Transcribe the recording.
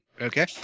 Okay